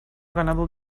ganado